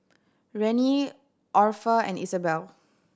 Rennie Orpha and Isabelle